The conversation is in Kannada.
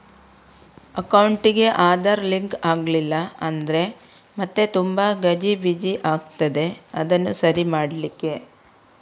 ಅಕೌಂಟಿಗೆ ಆಧಾರ್ ಲಿಂಕ್ ಆಗ್ಲಿಲ್ಲ ಅಂದ್ರೆ ಮತ್ತೆ ತುಂಬಾ ಗಜಿಬಿಜಿ ಆಗ್ತದೆ ಅದನ್ನು ಸರಿ ಮಾಡ್ಲಿಕ್ಕೆ